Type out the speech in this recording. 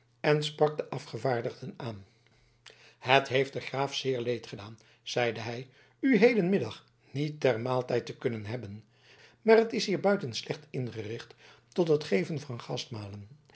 en sprak de afgevaardigden aan het heeft den graaf zeer leed gedaan zeide hij u hedenmiddag niet ter maaltijd te kunnen hebben maar het is hier buiten slecht ingericht tot het geven van